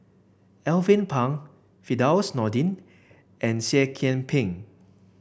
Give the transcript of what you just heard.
Alvin Pang Firdaus Nordin and Seah Kian Peng